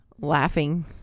laughing